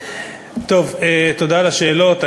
תודה על השאלות.